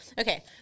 Okay